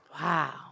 Wow